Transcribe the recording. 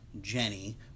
Jenny